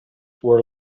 were